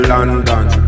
London